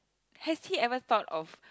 has he ever thought of